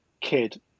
kid